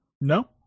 No